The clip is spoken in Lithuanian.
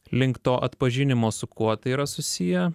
link to atpažinimo su kuo tai yra susiję